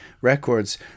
records